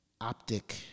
optic